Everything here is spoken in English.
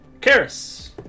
Karis